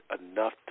enough